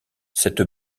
cette